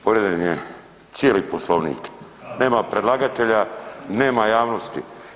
Povrijeđen je cijeli Poslovnik, nema predlagatelja, nema javnosti.